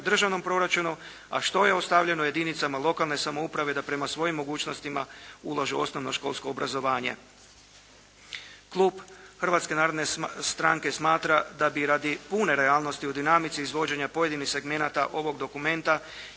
državnom proračunu, a što je ostavljeno jedinicama lokalne samouprave da prema svojim mogućnostima ulažu u osnovnoškolsko obrazovanje. Klub Hrvatske narodne stranke smatra da bi radi pune realnosti u dinamici izvođenja pojedinih segmenata ovog dokumenta,